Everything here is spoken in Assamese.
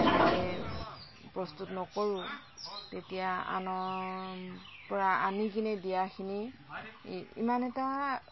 নিজে প্ৰস্তুত নকৰোঁ তেতিয়া আনৰ পৰা আনি কিনে দিয়াখিনি ইমান এটা